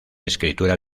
escritura